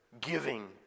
giving